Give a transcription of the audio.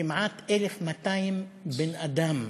כמעט 1,200 בני-אדם.